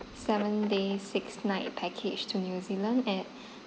seven day six night package to new zealand at